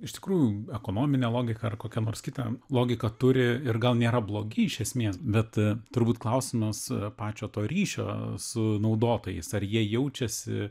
iš tikrųjų ekonominę logiką ar kokią nors kitą logiką turi ir gal nėra blogi iš esmės bet turbūt klausimas pačio to ryšio su naudotojais ar jie jaučiasi